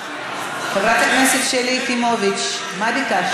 חברת הכנסת שלי יחימוביץ, מה ביקשת?